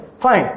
Fine